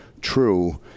true